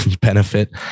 benefit